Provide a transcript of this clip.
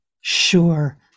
Sure